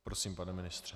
Prosím, pane ministře.